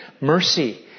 mercy